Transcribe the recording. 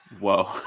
Whoa